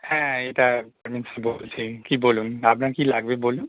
হ্যাঁ এটা বলছেন কী বলুন আপনার কী লাগবে বলুন